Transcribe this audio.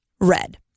Red